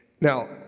Now